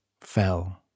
fell